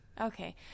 Okay